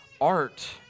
Art